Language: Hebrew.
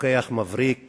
רוקח מבריק